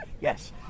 Yes